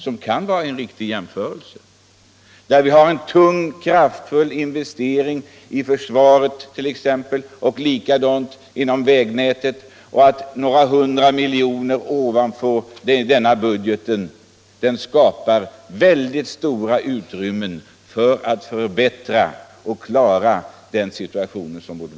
Det kan vara en riktig jämförelse, eftersom vi har en tung och kraftfull investering i försvaret och likaså inom vägnätet. Några miljoner kronor ovanpå anslagen i denna budget skapar väldiga utrymmen för att förbättra vårt vägnät och klara den nuvarande svåra situationen för det.